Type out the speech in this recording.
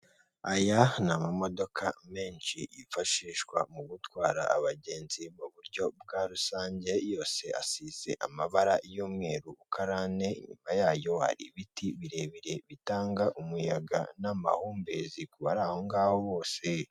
Aya ni ama modoka menshi yifashishwa mu gutwara abagenzi mu buryo bwa rusange yose asize amabara y'umweru uko ari ane, inyuma yayo ibiti birebire bitanga umuyaga n'amahumbezi ku bari aho ngaho bose.